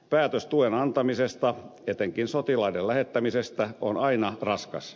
päätös tuen antamisesta etenkin sotilaiden lähettämisestä on aina raskas